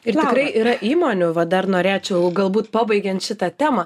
ir tikrai yra įmonių va dar norėčiau galbūt pabaigiant šitą temą